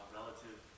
relative